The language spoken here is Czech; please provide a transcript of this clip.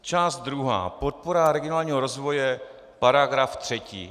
Část druhá, Podpora regionálního rozvoje, § 3.